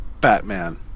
Batman